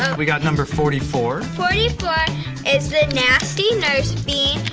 we got number forty four. forty four is the nasty nurse bean,